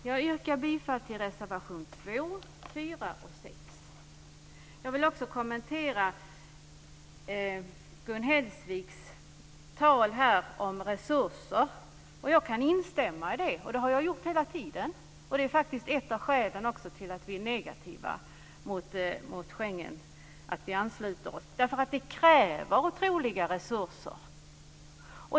Jag yrkar bifall till reservationerna 2, Jag vill också kommentera Gun Hellsviks tal om resurser. Jag kan instämma i det, och det har jag gjort hela tiden. Det är faktiskt ett av skälen till att vi är negativa till att vi ansluter oss till Schengensamarbetet. Det kräver otroliga resurser.